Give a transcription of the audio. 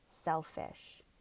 selfish